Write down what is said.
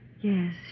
Yes